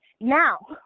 now